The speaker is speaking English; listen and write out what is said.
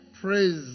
Praise